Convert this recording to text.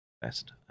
best